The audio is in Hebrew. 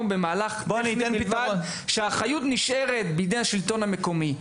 במהלך כאשר האחריות נשארת בידי השלטון המקומי.